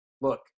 Look